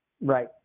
Right